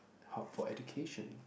hub for education